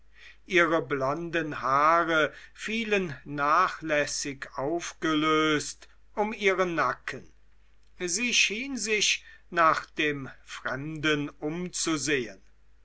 ihre blonden haare fielen nachlässig aufgelöst um ihren nacken sie schien sich nach dem fremden umzusehen